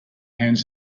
hands